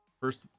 first